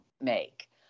make